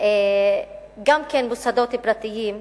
גם מוסדות פרטיים,